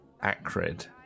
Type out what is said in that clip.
acrid